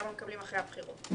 כמה מקבלים אחרי הבחירות.